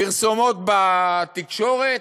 פרסומות בתקשורת?